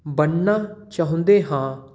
ਬਣਨਾ ਚਾਹੁੰਦੇ ਹਾਂ